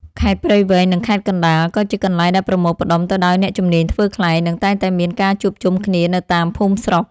ខេត្តព្រៃវែង និងខេត្តកណ្តាល ក៏ជាកន្លែងដែលប្រមូលផ្ដុំទៅដោយអ្នកជំនាញធ្វើខ្លែង និងតែងតែមានការជួបជុំគ្នានៅតាមភូមិស្រុក។